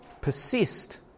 persist